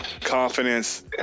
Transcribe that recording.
confidence